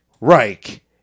Reich